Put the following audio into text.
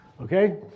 Okay